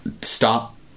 stop